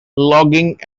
logging